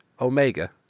Omega